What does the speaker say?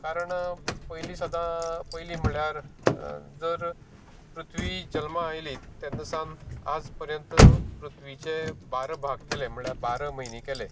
कारण पयलीं सदां पयलीं म्हळ्यार जर पृथ्वी जल्मा आयली तेन्ना सुद्दा आज पर्यंत पृथ्वीचे बारा भाग केले म्हळ्यार बारा म्हयने केले